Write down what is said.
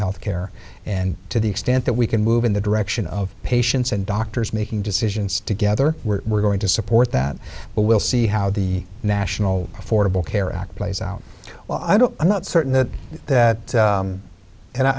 health care and to the extent that we can move in the direction of patients and doctors making decisions together we're going to support that but we'll see how the national affordable care act plays out well i don't i'm not certain that that and i